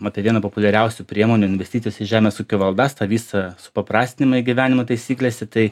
apie vieną populiariausių priemonių investicijos į žemės ūkio valdas tą visą supaprastinimą įgyvenimo taisyklėse tai